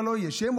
101,